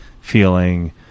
feeling